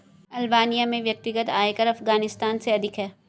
Albania में व्यक्तिगत आयकर अफ़ग़ानिस्तान से अधिक है